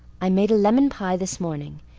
i made a lemon pie this morning.